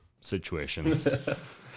situations